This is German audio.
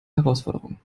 herausforderung